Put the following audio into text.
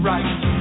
Right